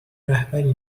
رهبری